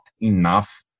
enough